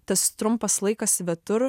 tas trumpas laikas svetur